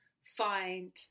find